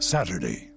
Saturday